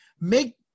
make